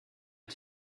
ein